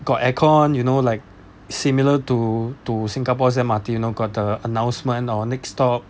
got air con you know like similar to to singapore's M_R_T you know got the announcement our next stop